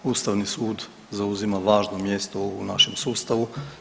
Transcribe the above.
Ustavni sud zauzima važno mjesto u našem sustavu.